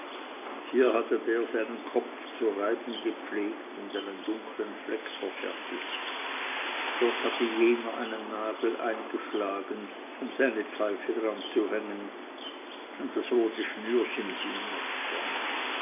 hier hatte der seinen kopf zu reiben gepflegt und einen dunklen fleck verfertigt dort hatte jener einen nagel eingeschlagen um seine pfeife daran zu hängen und das rote schnürchen hing noch daran